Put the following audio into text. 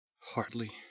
Hardly